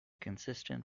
consistent